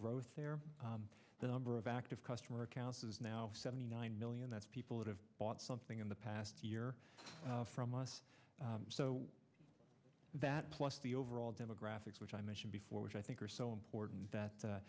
growth there the number of active customer accounts is now seventy nine million that's people that have bought something in the past year from us so that plus the overall demographics which i mentioned before which i think are so important that